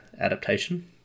adaptation